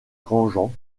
grandjean